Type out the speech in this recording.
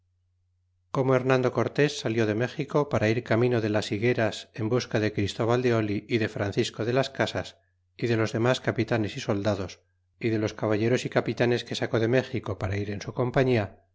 como hernando cortés salió de méxico para ir camino de las higueras en busca de christóbal de oil y de francisco de las casas y de los demas capitanes y soldados y de los caballeros y capitanes que sacó de méxico para ir en su compaília